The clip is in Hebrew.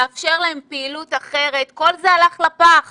לאפשר להם פעילות אחרת, כל זה הלך לפח